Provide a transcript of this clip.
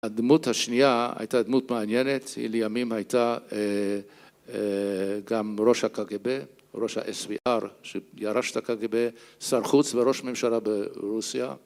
הדמות השנייה הייתה דמות מעניינת, היא לימים הייתה גם אהה ראש הקגב, ראש ה-SVR שירש את הקגב, שר חוץ וראש ממשלה ברוסיה